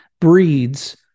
breeds